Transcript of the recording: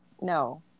No